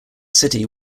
city